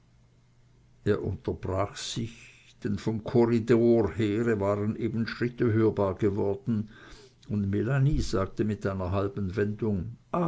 er unterbrach sich denn vom korridore her waren eben schritte hörbar geworden und melanie sagte mit einer halben wendung